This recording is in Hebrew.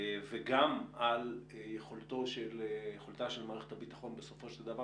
וגם על יכולתה של מערכת הביטחון בסופו של דבר